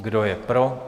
Kdo je pro?